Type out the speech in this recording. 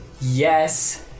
Yes